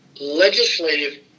legislative